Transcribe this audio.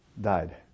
Died